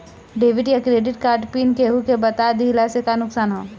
Debit या credit card pin केहूके बता दिहला से का नुकसान ह?